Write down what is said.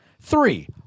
Three